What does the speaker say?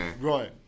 Right